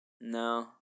No